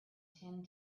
tim